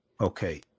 Okay